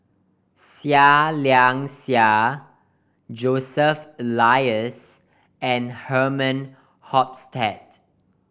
Seah Liang Seah Joseph Elias and Herman Hochstadt